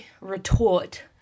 retort